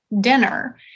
dinner